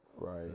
right